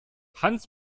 hans